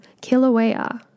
Kilauea